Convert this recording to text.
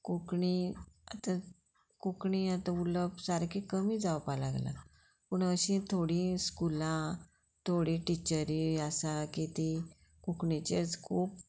कोंकणी आतां कोंकणी आतां उलोवप सारकी कमी जावपा लागलां पूण अशीं थोडीं स्कुलां थोडीं टिचरी आसा की तीं कोंकणीचेर खूब